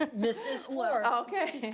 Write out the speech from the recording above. ah mrs. fluor. okay.